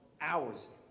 hours